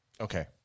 Okay